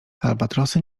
albatrosy